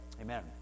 Amen